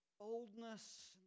boldness